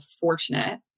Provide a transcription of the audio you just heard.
fortunate